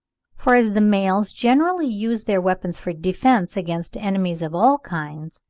for, as the males generally use their weapons for defence against enemies of all kinds,